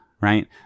Right